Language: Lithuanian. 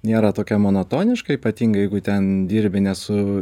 nėra tokia monotoniška ypatingai jeigu ten dirbi ne su